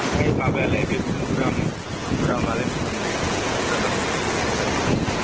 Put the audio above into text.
ओमफ्राय माबायालाय बे बन्धुराम बन्धुरामालाय बेसेबां लायो बेखौ बुरजा नांगौमोन एसे बिसखानसो नांगौमोन